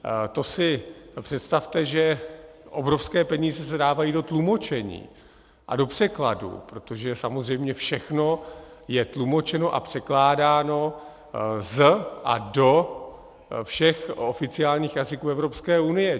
A to si představte, že obrovské peníze se dávají do tlumočení a do překladů, protože samozřejmě všechno je tlumočeno a překládáno z a do všech oficiálních jazyků Evropské unie.